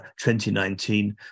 2019